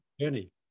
Journey